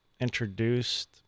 introduced